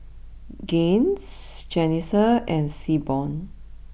Gaines Jalissa and Seaborn